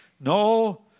no